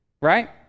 right